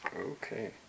Okay